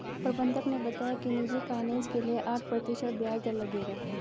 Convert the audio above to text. प्रबंधक ने बताया कि निजी फ़ाइनेंस के लिए आठ प्रतिशत ब्याज दर लगेगा